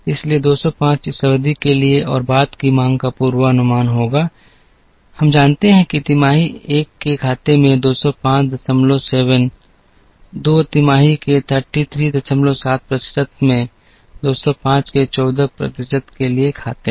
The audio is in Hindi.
इसलिए 205 इस अवधि के लिए और बाद की मांग का पूर्वानुमान होगा हम जानते हैं कि तिमाही 1 के खाते में 2057 2 तिमाही के 337 प्रतिशत में 205 के 14 प्रतिशत के लिए खाते हैं